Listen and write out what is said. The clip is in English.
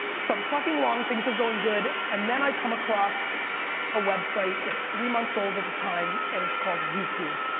so i'm trucking along. things are going good, and then i come across a website. it's three months old at the time, and it's called youtube.